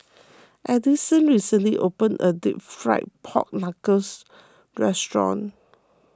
Addyson recently opened a Deep Fried Pork Knuckles restaurant